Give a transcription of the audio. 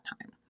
time